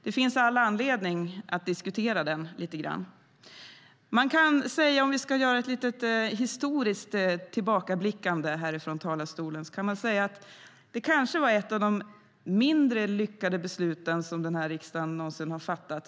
Det finns all anledning att diskutera den lite grann. Vi kan göra ett litet historiskt tillbakablickande här från talarstolen. Det kanske var ett av de mindre lyckade besluten som riksdagen någonsin har fattat.